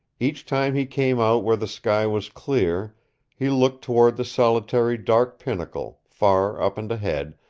each time he came out where the sky was clear he looked toward the solitary dark pinnacle, far up and ahead,